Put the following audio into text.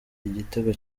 igitego